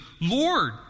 Lord